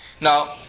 Now